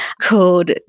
called